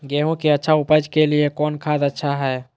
गेंहू के अच्छा ऊपज के लिए कौन खाद अच्छा हाय?